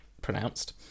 pronounced